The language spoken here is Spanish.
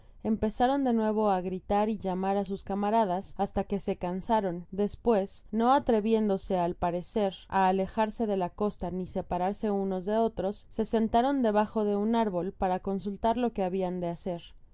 empezaron de nuevo á gritar y llamar á sus camaradas hasta que se cansaron despues no atreviéndose al parecer á alejarse de la costa ni separarse unos de otros se sentaron debajo de un árbol para consultar lo que habian de hacer si